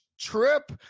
trip